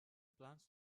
plans